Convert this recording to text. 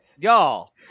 y'all